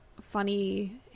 funny